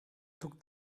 took